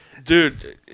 Dude